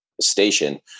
station